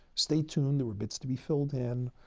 stay tuned, there were bits to be filled in.